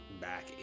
back